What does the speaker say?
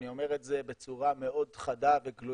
ואני אומר את זה בצורה מאוד חדה וגלויה.